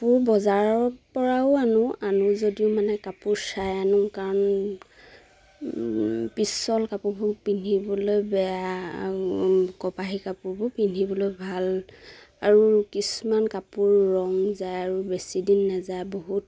কাপোৰ বজাৰৰ পৰাও আনো আনো যদিও মানে কাপোৰ চাই আনো কাৰণ পিছল কাপোৰবোৰ পিন্ধিবলৈ বেয়া আৰু কপাহী কাপোৰবোৰ পিন্ধিবলৈ ভাল আৰু কিছুমান কাপোৰ ৰং যায় আৰু বেছিদিন নেযায় বহুত